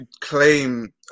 claim